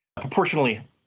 Proportionally